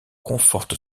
conforte